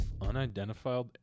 unidentified